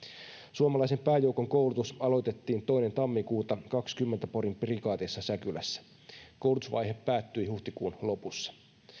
suomalaisen pääjoukon koulutus aloitettiin toinen tammikuuta kahdenkymmenen porin prikaatissa säkylässä koulutusvaihe päättyi huhtikuun lopussa